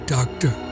Doctor